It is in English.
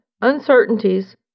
uncertainties